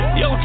yo